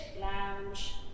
lounge